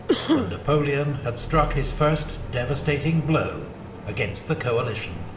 and napoleon had struck his first devastating blow against the coalition.